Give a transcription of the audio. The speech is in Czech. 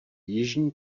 jižní